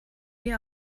die